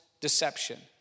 deception